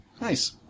Nice